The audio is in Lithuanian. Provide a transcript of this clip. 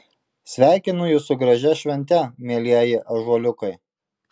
sveikinu jus su gražia švente mielieji ąžuoliukai